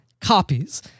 copies